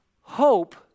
Hope